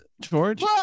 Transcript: George